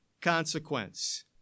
consequence